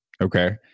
Okay